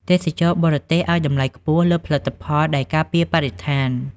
ទេសចរបរទេសឱ្យតម្លៃខ្ពស់លើផលិតផលដែលការពារបរិស្ថាន។